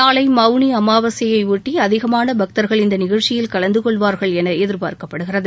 நாளை மவுனி அமாவாசையை ஒட்டி அதிகமான பக்தர்கள் இந்த நிகழ்ச்சியில் கலந்துகொள்வார்கள் என எதிர்பார்க்கப்படுகிறது